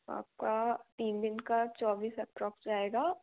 आपका तीन दिन का चौबीस एपरौक्स आएगा